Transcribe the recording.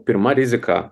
pirma rizika